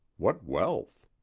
what wealth!